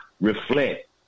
reflect